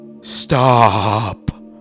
Stop